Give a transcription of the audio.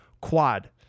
quad